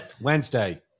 wednesday